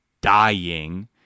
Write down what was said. dying